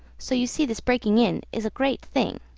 so you see this breaking in is a great thing.